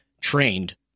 trained